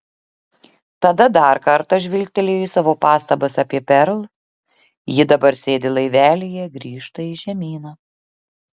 tada dar kartą žvilgtelėjo į savo pastabas apie perl ji dabar sėdi laivelyje grįžta į žemyną